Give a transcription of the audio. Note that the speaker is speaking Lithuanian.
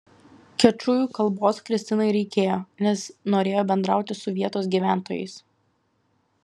kečujų kalbos kristinai reikėjo nes norėjo bendrauti su vietos gyventojais